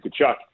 Kachuk